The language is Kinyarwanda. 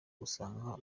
usanga